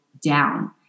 down